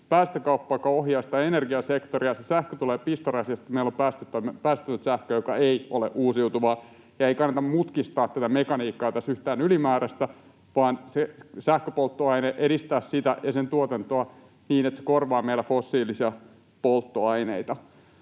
päästökauppa, joka ohjaa sitä energiasektoria. Se sähkö tulee pistorasiasta. Meillä on päästötöntä sähköä, joka ei ole uusiutuvaa, ja ei kannata mutkistaa tätä mekaniikkaa tässä yhtään ylimääräistä vaan edistää sähköpolttoainetta ja sen tuotantoa niin, että se korvaa meillä fossiilisia polttoaineita.